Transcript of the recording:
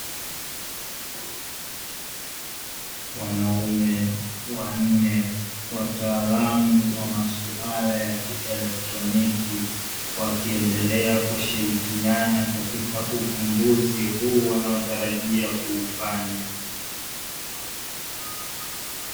Wanaume wanne wataalamu wa maswala ya kielektroniki, wakiendelea kushirikiana katika uvumbuzi huu wanaotarajia kuufanya.